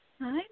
Hi